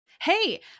Hey